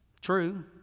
True